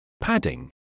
padding